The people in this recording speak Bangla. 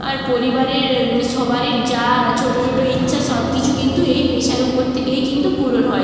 আর পরিবারের সবারির যা ছোটো ছোটো ইচ্ছা সব কিছু কিন্তু এই পেশার উপর থেকেই কিন্তু পূরণ হয়